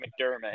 McDermott